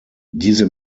diese